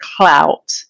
clout